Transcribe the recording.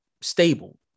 stable